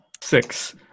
Six